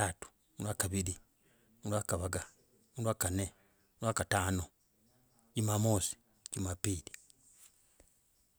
Jumatatu, kwa kavili, kwa gavaga, iwa kanne, iwa katano, jumamosi, jumapili